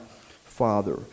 Father